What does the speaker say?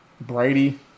Brady